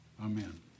Amen